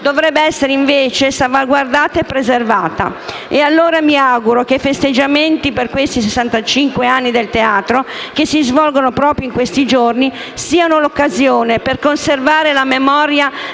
dovrebbe essere invece salvaguardata e preservata. E, allora, mi auguro che i festeggiamenti per i sessantacinque anni del teatro, che si svolgono proprio in questi giorni, siano l'occasione per conservare la memoria